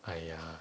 !aiya!